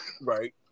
Right